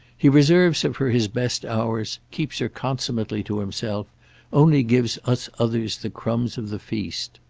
he reserves her for his best hours keeps her consummately to himself only gives us others the crumbs of the feast.